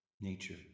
nature